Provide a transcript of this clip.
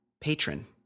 patron